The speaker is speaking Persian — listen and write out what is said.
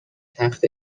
تخت